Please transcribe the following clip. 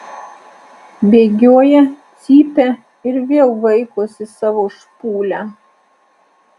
bėgioja cypia ir vėl vaikosi savo špūlę